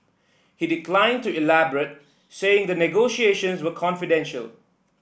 he declined to elaborate saying the negotiations were confidential